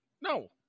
no